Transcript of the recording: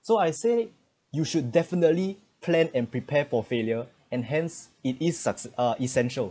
so I say you should definitely plan and prepare for failure and hence it is sucks uh essential